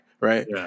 Right